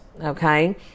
okay